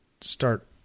start